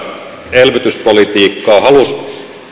elvytyspolitiikkaa halusi